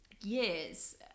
years